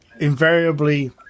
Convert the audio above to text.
invariably